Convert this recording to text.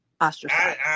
Ostracized